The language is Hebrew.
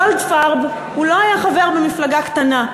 גולדפרב לא היה חבר במפלגה קטנה,